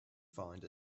find